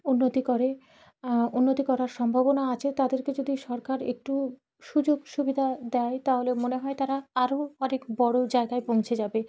উন্নতি করে উন্নতি করার সম্ভাবনা আছে তাদেরকে যদি সরকার একটু সুযোগ সুবিধা দেয় তাহলে মনে হয় তারা আরও অনেক বড় জায়গায় পৌঁছে যাবে